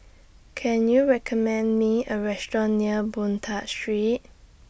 Can YOU recommend Me A Restaurant near Boon Tat Street